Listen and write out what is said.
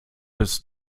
bis